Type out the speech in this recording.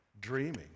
dreaming